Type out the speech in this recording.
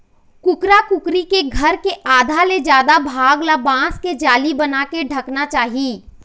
कुकरा कुकरी के घर के आधा ले जादा भाग ल बांस के जाली बनाके ढंकना चाही